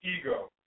ego